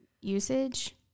usage